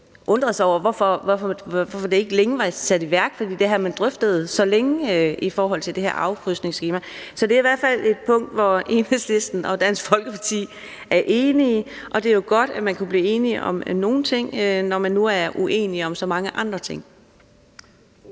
undrede sig over, hvorfor det ikke for længe siden var blevet sat i værk, fordi man havde drøftet det så længe i forhold til det her afkrydsningsskema. Så det er i hvert fald et punkt, hvor Enhedslisten og Dansk Folkeparti er enige, og det er jo godt, at man kan blive enige om nogle ting, når man nu er uenige om så mange andre ting.